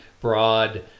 broad